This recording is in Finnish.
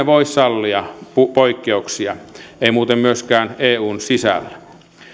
voi sallia poikkeuksia ei muuten myöskään eun sisällä